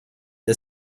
der